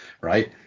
Right